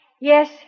Yes